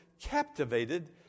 captivated